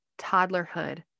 toddlerhood